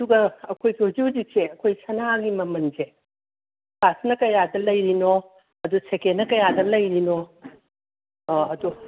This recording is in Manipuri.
ꯑꯗꯨꯒ ꯑꯩꯈꯣꯏ ꯍꯧꯖꯤꯛ ꯍꯧꯖꯤꯛꯁꯦ ꯑꯩꯈꯣꯏ ꯁꯅꯥꯒꯤ ꯃꯃꯟꯁꯦ ꯐꯥꯁꯅ ꯀꯌꯥꯗ ꯂꯩꯔꯤꯅꯣ ꯑꯗꯨ ꯁꯦꯀꯦꯟꯅ ꯀꯌꯥꯗ ꯂꯩꯔꯤꯅꯣ ꯑꯗꯨ